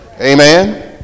amen